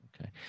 Okay